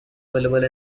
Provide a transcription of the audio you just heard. available